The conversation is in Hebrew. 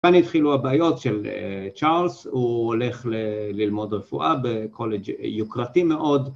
כאן התחילו הבעיות של צ'ארלס, הוא הולך ללמוד רפואה בקולג' יוקרתי מאוד